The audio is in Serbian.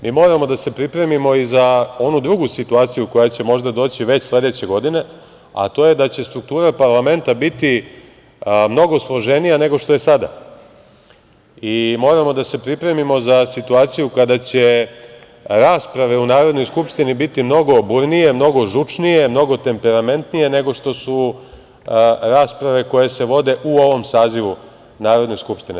Mi moramo da se pripremimo i za onu drugu situaciju koja će možda doći već sledeće godine, a to je da će struktura parlamenta biti mnogo složenija nego što je sada i moramo da se pripremimo za situaciju kada će rasprave u Narodnoj skupštini bi mnogo burnije, mnogo žučnije, mnogo temperamentnije, nego što su rasprave koje se vode u ovom sazivu Narodne skupštine.